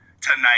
Tonight